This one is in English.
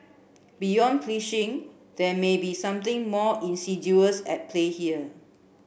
beyond phishing there may be something more insidious at play here